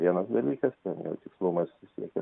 vienas dalykas ten jau tikslumas siekia